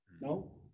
No